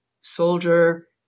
soldier